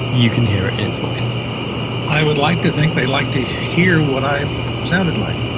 you can hear it in his voice i would like to think they like to hear what i sounded like.